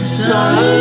sun